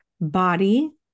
body